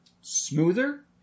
smoother